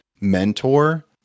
mentor